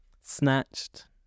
Snatched